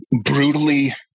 brutally